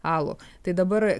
alų tai dabar